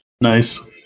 Nice